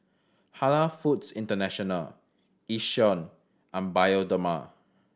Halal Foods International Yishion and Bioderma